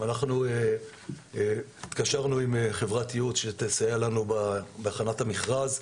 הוא שאנחנו התקשרנו עם חברת ייעוץ שתסייע לנו בהכנת המכרז.